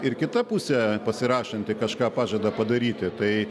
ir kita pusė pasirašanti kažką pažada padaryti tai